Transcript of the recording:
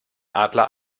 adler